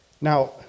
Now